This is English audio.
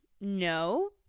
No